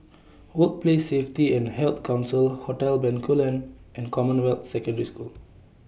Workplace Safety and Health Council Hotel Bencoolen and Commonwealth Secondary School